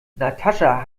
natascha